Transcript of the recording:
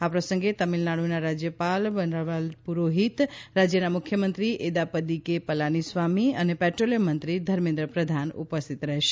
આ પ્રસંગે તમીલનાડુના રાજયપાલ બનવારીલાલ પુરોઠ્ઠીત રાજયના મુખ્યમંત્રી એદાપદી કે પલાનીસ્વામી અને પેટ્રોલીયમ મંત્રી ધર્મેન્દ્ર પ્રધાન ઉપસ્થિત રહેશે